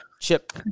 chip